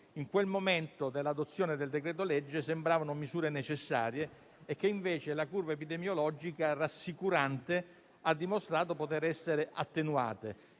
nel momento della sua adozione sembravano misure necessarie e che invece la curva epidemiologica rassicurante ha dimostrato poter essere attenuate.